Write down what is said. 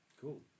cool